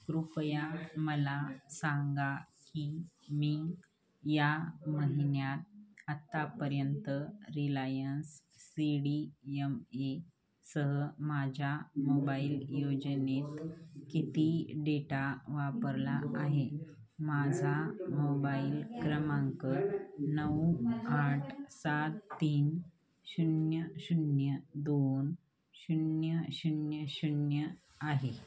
कृपया मला सांगा की मी या महिन्यात आत्तापर्यंत Reliance C D M A सह माझ्या मोबाईल योजनेत किती डेटा वापरला आहे माझा मोबाईल क्रमांक नऊ आठ सात तीन शून्य शून्य दोन शून्य शून्य शून्य आहे